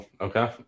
Okay